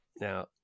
Now